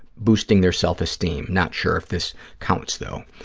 boosting their self-esteem. not sure if this counts, though.